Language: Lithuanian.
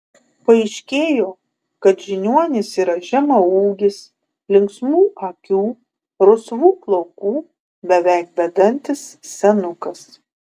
paaiškėjo kad žiniuonis yra žemaūgis linksmų akių rusvų plaukų beveik bedantis senukas